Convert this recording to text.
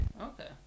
Okay